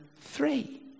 three